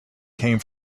came